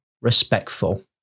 respectful